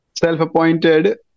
Self-appointed